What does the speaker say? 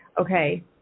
Okay